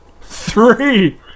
three